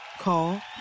Call